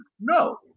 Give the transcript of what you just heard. No